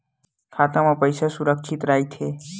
खाता मा पईसा सुरक्षित राइथे?